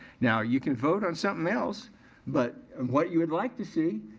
now, you can vote on something else but what you would like to see,